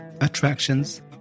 attractions